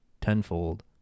tenfold